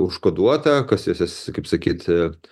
užkoduota kas esis kaip sakyt e